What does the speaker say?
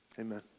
amen